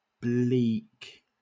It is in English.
bleak